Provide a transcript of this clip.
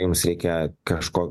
jums reikia kažko